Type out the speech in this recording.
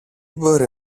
μπορεί